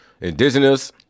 indigenous